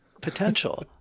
potential